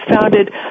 founded